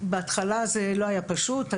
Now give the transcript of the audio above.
ובהתחלה זה לא היה פשוט,